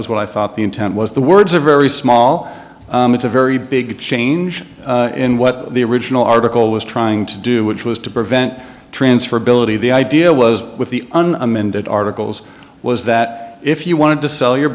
was what i thought the intent was the words are very small it's a very big change in what the original article was trying to do which was to prevent transferability the idea was with the un amended articles was that if you wanted to sell your